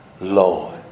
Lord